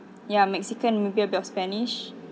ya mexican maybe a bit of spanish